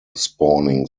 spawning